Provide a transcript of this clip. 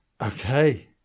Okay